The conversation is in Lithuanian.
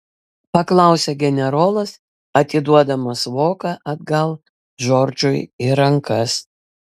paklausė generolas atiduodamas voką atgal džordžui į rankas